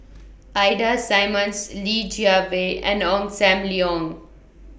Ida Simmons Li Jiawei and Ong SAM Leong